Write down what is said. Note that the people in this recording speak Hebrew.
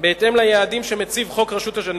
בהתאם ליעדים שחוק רשות השידור מציב,